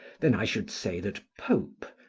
then i should say, that pope,